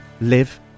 live